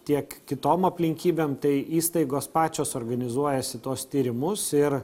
tiek kitom aplinkybėm tai įstaigos pačios organizuojasi tuos tyrimus ir